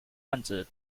泛指